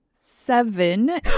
seven